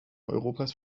europas